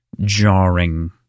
jarring